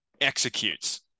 executes